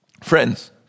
Friends